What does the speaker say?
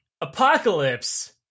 Apocalypse